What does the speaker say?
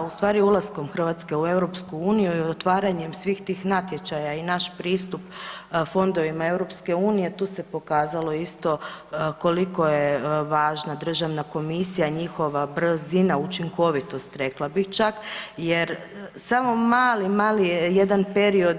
Da u stvari ulaskom Hrvatske u EU i otvaranjem svih tih natječaja i naš pristup fondovima EU tu se pokazalo isto koliko je važna Državna komisija, njihova brzina, učinkovitost rekla bih čak jer samo mali, mali jedan period